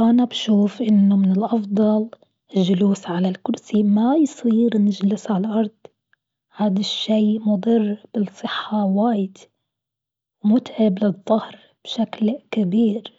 أنا بشوف إنه من الأفضل الجلوس على الكرسي، ما يصير نجلس على الأرض، هاذ الشيء مضر بالصحة واجد، متعب للظهر بشكل كبير،